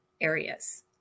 areas